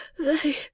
They